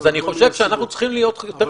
אני חושב שאנחנו צריכים להיות יותר